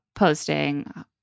posting